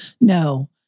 no